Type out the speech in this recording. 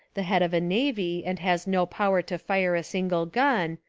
the head of a navy and has no power to fire a single gun,